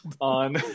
on